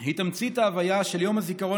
היא תמצית ההוויה של יום הזיכרון